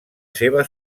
seva